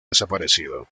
desaparecido